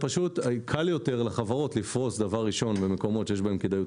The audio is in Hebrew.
קל יותר לחברות לפרוס דבר ראשון במקומות שיש בהם כדאיות